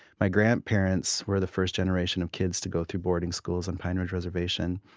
my grandparents were the first generation of kids to go through boarding schools on pine ridge reservation.